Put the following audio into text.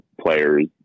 players